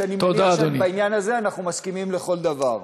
כשאני מבין שבעניין הזה אנחנו מסכימים לכל דבר.